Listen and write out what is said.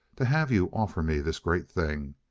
to have you offer me this great thing.